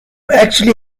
actually